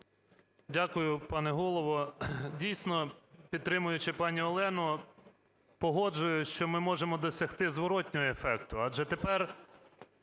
Дякую, пане Голово. Дійсно, підтримуючи пані Олену, погоджуюся, що ми можемо досягти зворотного ефекту,